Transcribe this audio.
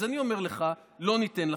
אז אני אומר לך, לא ניתן לכם.